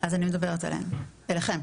אז אני מדברת אליכם.